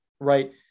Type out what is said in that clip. right